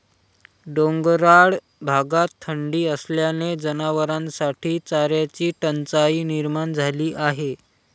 डोंगराळ भागात थंडी असल्याने जनावरांसाठी चाऱ्याची टंचाई निर्माण झाली आहे